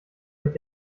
mit